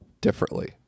differently